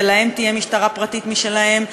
ולהן תהיה משטרה פרטית משלהן,